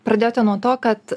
pradėjote nuo to kad